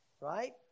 right